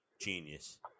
Genius